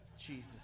Jesus